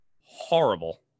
horrible